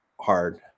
hard